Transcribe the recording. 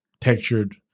Textured